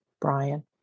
Brian